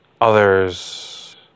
others